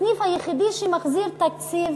הסניף היחידי שמחזיר תקציב